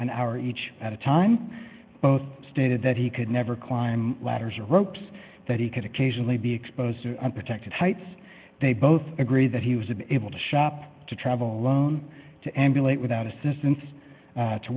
an hour each at a time both stated that he could never climb ladders ropes that he could occasionally be exposed to and protected heights they both agree that he was able to shop to travel alone to emulate without assistance